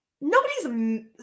nobody's